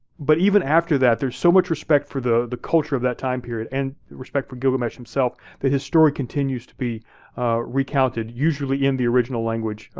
but even after that, there's so much respect for the the culture of that time period and respect for gilgamesh himself that his story continues to be recounted, usually, in the original language,